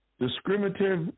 discriminative